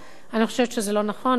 אני חושבת שזה לא נכון, לא ראוי.